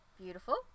Beautiful